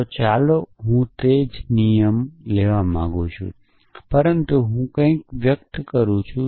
તો ચાલો હું પણ તે જ નિયમો લેવા માંગું છું પરંતુ હું આ કંઈક વ્યક્ત કરવા માંગુ છું